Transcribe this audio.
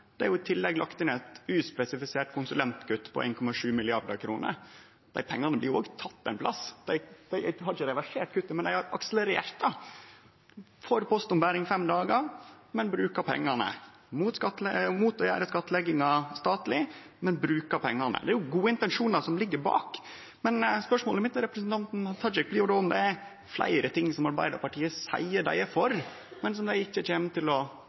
alvor, må jo Arbeidarpartiet gjere det Arbeidarpartiet seier dei er for. Det er ikkje berre slik at Arbeidarpartiet ikkje reverserer kuttet i ABE-reforma, men dei har i tillegg lagt inn eit uspesifisert konsulentkutt på 1,7 mrd. kr. Dei pengane blir òg tatt frå ein plass. Dei har ikkje reversert kuttet, men dei har akselerert det. Dei er for postombering i fem dagar, men brukar pengane. Dei er imot å gjere skattlegginga statleg, men brukar pengane. Det er gode intensjonar som ligg bak, men spørsmålet mitt til representanten Tajik blir då om det er fleire ting Arbeidarpartiet seier dei er for,